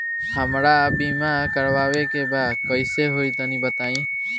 हमरा बीमा करावे के बा कइसे होई तनि बताईं?